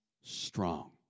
strong